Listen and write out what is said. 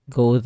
go